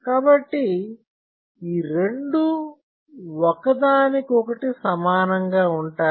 కాబట్టి ఈ రెండూ ఒకదానికొకటి సమానంగా ఉంటాయి